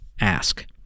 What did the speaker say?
ask